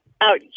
out